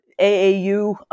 AAU